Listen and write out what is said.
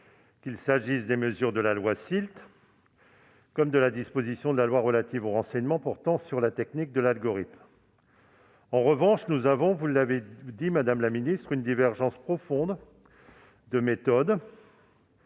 qu'il s'agisse des mesures issues de la loi SILT ou de la disposition de la loi relative au renseignement portant sur la technique de l'algorithme. En revanche, comme vous l'avez relevé, madame la ministre, nous avons une divergence profonde de méthode